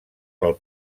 pel